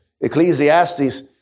Ecclesiastes